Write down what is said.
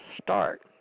start